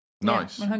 Nice